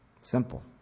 Simple